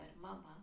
Mama